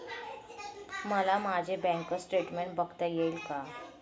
मला माझे bank statement बघता येईल का?